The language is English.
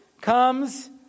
comes